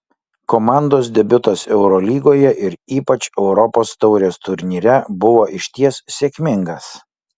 komandos debiutas eurolygoje ir ypač europos taurės turnyre buvo išties sėkmingas